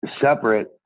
separate